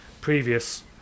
previous